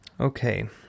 okay